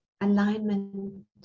alignment